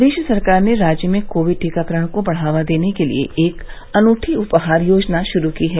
प्रदेश सरकार ने राज्य में कोविड टीकाकरण को बढ़ावा देने के लिए एक अनूठी उपहार योजना शुरू की है